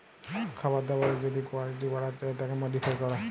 খাবার দাবারের যদি কুয়ালিটি বাড়াতে চায় তাকে মডিফাই ক্যরে